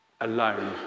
alone